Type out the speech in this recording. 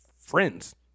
friends